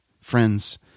friends